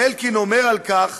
ואלקין אומר על כך: